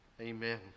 amen